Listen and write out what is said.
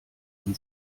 man